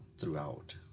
throughout